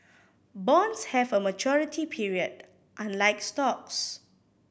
bonds have a maturity period unlike stocks